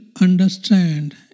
understand